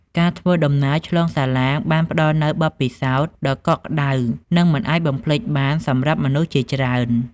ការធ្វើដំណើរឆ្លងសាឡាងបានផ្តល់នូវបទពិសោធន៍ដ៏កក់ក្តៅនិងមិនអាចបំភ្លេចបានសម្រាប់មនុស្សជាច្រើន។